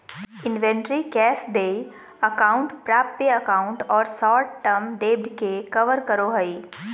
inventory cash देय account प्राप्य account और शॉर्ट टर्म डेब्ट के कवर करो हइ